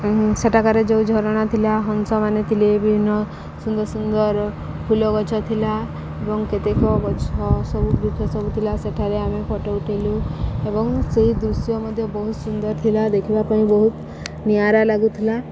ସେଠାକାରେ ଯେଉଁ ଝରଣା ଥିଲା ହଂସମାନେ ଥିଲେ ବିଭିନ୍ନ ସୁନ୍ଦର ସୁନ୍ଦର ଫୁଲ ଗଛ ଥିଲା ଏବଂ କେତେକ ଗଛ ସବୁ ବୃକ୍ଷ ସବୁ ଥିଲା ସେଠାରେ ଆମେ ଫଟୋ ଉଠେଇଲୁ ଏବଂ ସେହି ଦୃଶ୍ୟ ମଧ୍ୟ ବହୁତ ସୁନ୍ଦର ଥିଲା ଦେଖିବା ପାଇଁ ବହୁତ ନିଆରା ଲାଗୁଥିଲା